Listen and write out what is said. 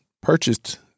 purchased